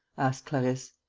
asked clarisse.